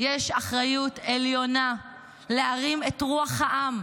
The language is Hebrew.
יש אחריות עליונה להרים את רוח העם,